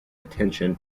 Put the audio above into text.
attention